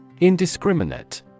Indiscriminate